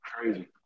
Crazy